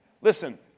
Listen